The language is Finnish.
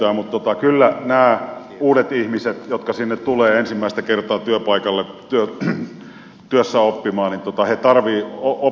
mutta kyllä nämä uudet ihmiset jotka tulevat ensimmäistä kertaa sinne työpaikalle työssäoppimaan tarvitsevat opastusta